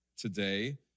today